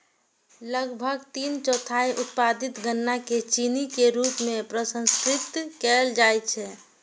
लगभग तीन चौथाई उत्पादित गन्ना कें चीनी के रूप मे प्रसंस्कृत कैल जाइ छै